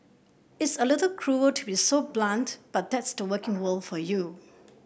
it's a little cruel to be so blunt but that's the working world for you